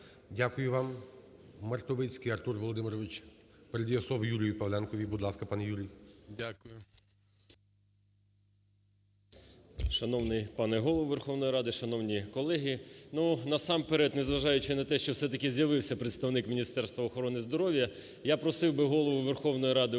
Дякую вам. Мартовицький Артур Володимирович передає слово Юрію Павленку. Будь ласка, пане Юрій. 12:48:31 ПАВЛЕНКО Ю.О. Дякую. Шановний пане Голово Верховної Ради! Шановні колеги! Насамперед, не зважаючи на те, що все-таки з'явився представник Міністерства охорони здоров'я, я просив би Голову Верховної Ради